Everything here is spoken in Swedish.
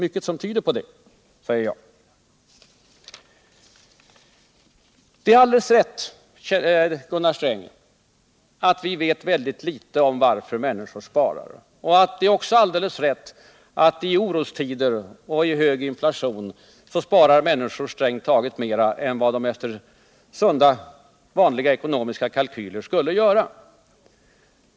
Det är alldeles rätt, Gunnar Sträng, att vi vet väldigt litet om varför människor sparar. Det är också alldeles rätt att I orostider och tider av hög inflation människor sparar strängt taget mer än de efter sunda ekonomiska kalkyler skulle göra.